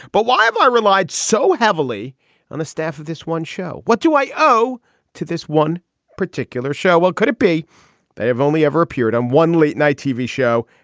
but why have i relied so heavily on the staff of this one show. what do i owe to this one particular show. well could it be that i've only ever appeared on one late night tv show.